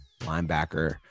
linebacker